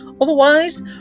Otherwise